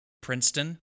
Princeton